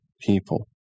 people